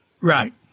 Right